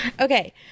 Okay